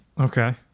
okay